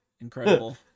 Incredible